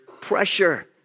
pressure